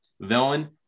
Villain